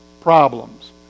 problems